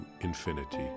infinity